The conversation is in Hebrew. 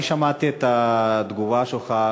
אני שמעתי את התגובה שלך,